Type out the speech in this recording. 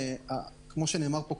כפי שנאמר פה,